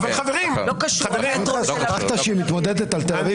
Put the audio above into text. שכחת שהיא מתמודדת על תל אביב?